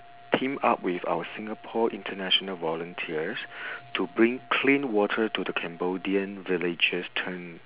team up with our singapore international volunteers to bring clean water to the cambodian villages